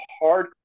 hard